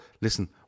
listen